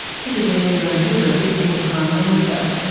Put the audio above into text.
sitiveni rabuka became prime minister.